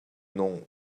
nom